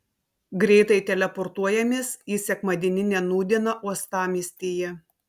greitai teleportuojamės į sekmadieninę nūdieną uostamiestyje